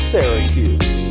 Syracuse